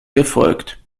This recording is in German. gefolgt